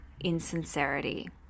insincerity